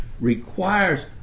requires